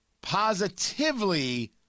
positively